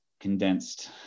condensed